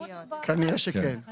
כנראה שכן.